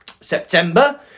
September